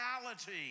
reality